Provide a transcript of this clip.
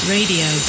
Radio